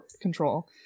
control